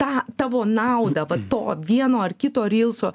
tą tavo naudą vat to vieno ar kito rylso